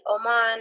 Oman